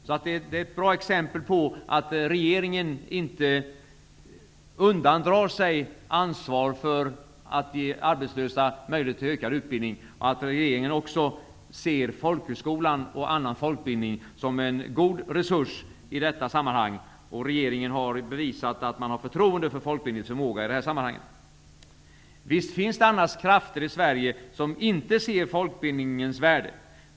Det är ett bra exempel på att regeringen inte undandrar sig ansvar för att ge arbetslösa möjlighet till ökad utbildning, att regeringen också ser folkhögskolan och annan folkbildning som en god resurs i detta sammanhang. Regeringen har bevisat att man har förtroende för folkbildningens förmåga i det här sammanhanget. Visst finns det annars krafter i Sverige som inte ser folkbildningens värde.